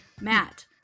Matt